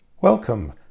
Welcome